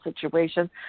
situation